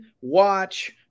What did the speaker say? watch